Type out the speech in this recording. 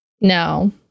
No